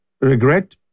regret